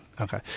Okay